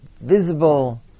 visible